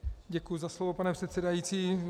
Děkuji za slovo, pane předsedající.